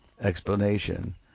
explanation